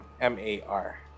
M-A-R